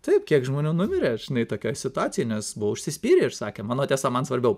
taip kiek žmonių numirė žinai tokioj situacijoj nes buvo užsispyrę ir sakė mano tiesa man svarbiau